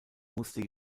musste